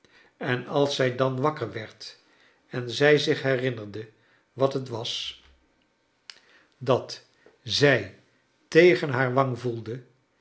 en als zij dan wakker werd en zij zich herinnerde wat het was charles dickens dat zij tegen haar waag voelde